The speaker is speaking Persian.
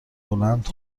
بلند